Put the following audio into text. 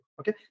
Okay